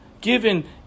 given